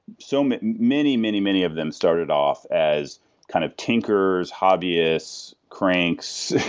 so many, many, many many of them started off as kind of tinkers, hobbyist, cranks.